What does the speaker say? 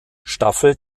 staffel